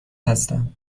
هستم